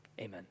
amen